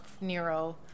Nero